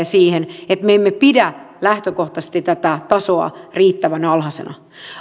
siihen että me emme pidä lähtökohtaisesti tätä tasoa riittävän alhaisena